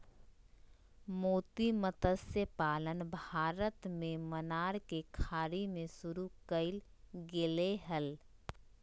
मोती मतस्य पालन भारत में मन्नार के खाड़ी में शुरु कइल गेले हल